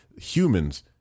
Humans